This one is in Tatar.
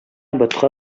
ботка